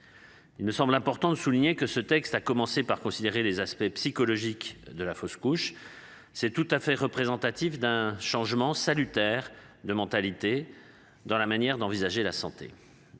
Il me semble important de souligner que ce texte, à commencer par considérer les aspects psychologiques de la fausse couche. C'est tout à fait représentatif d'un changement salutaire de mentalité dans la manière d'envisager la santé.